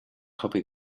hoping